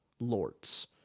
lords